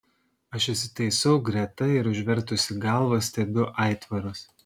aš įsitaisau greta ir užvertusi galvą stebiu aitvarus